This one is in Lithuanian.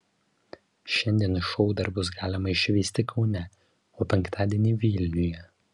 šiandien šou dar bus galima išvysti kaune o penktadienį vilniuje